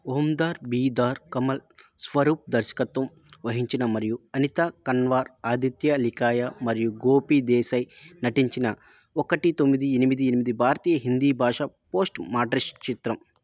ఓం దార్ బి దార్ కమల్ స్వరూప్ దర్శకత్వం వహించిన మరియు అనితా కన్వర్ ఆదిత్య లఖియా మరియు గోపీ దేశాయ్ నటించిన ఒకటి తొమ్మిది ఎనిమిది ఎనిమిది భారతీయ హిందీ భాషా పోస్ట్ మాడర్నిస్ట్ చిత్రం